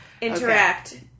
interact